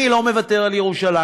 אני לא מוותר על ירושלים,